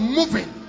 moving